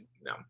No